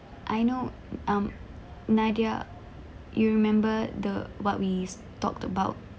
I know um nadia you remember the what we've talked about